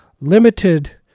limited